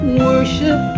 worship